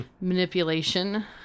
manipulation